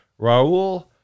Raul